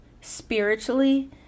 spiritually